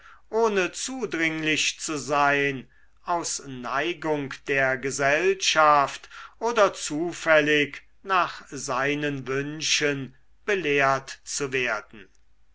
ohne zudringlich zu sein aus neigung der gesellschaft oder zufällig nach seinen wünschen belehrt zu werden